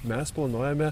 mes planuojame